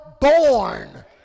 born